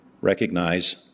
recognize